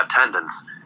attendance